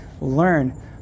learn